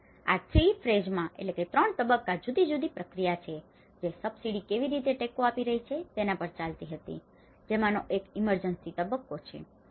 અને આ 3 ફેજમાં phase તબક્કા જુદી જુદી પ્રક્રિયાઓ છે જે સબસિડી કેવી રીતે ટેકો આપી રહી છે તેના પર ચાલતી હતી જેમાંનો એક ઇમરજન્સી તબક્કો છે